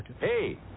Hey